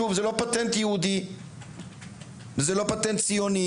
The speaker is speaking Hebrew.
שוב זה לא פטנט יהודי וזה לא פטנט ציוני.